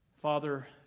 Father